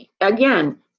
again